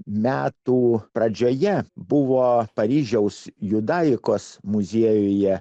metų pradžioje buvo paryžiaus judaikos muziejuje